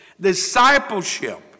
Discipleship